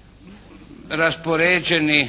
su raspoređeni,